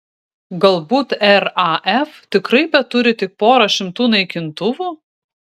galbūt raf tikrai beturi tik porą šimtų naikintuvų